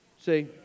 See